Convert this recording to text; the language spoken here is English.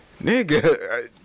nigga